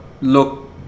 look